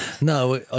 No